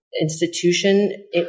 institution